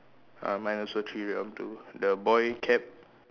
uh mine also three around two the boy cap